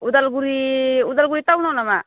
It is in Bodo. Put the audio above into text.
उदालगुरि उदालगुरि टाउनाव नामा